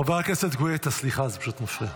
חבר הכנסת גואטה, סליחה, זה פשוט מפריע.